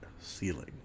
ceiling